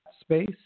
space